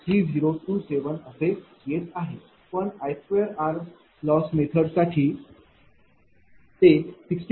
3027 असे येतआहे पण I2R मेथड साठी ते 60